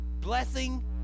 blessing